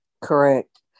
Correct